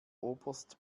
oberst